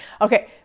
okay